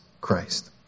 Christ